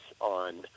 on